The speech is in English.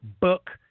book